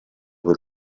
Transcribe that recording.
per